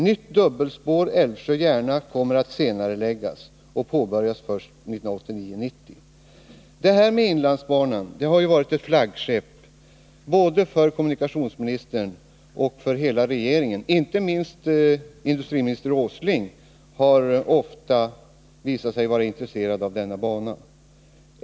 Nytt dubbelspår Älvsjö-Järna kommer att senareläggas och påbörjas först 1989/90. Inlandsbanan har varit ett flaggskepp både för kommunikationsministern och för hela regeringen. Inte minst industriminister Åsling har ofta visat sig vara intresserad av denna bana.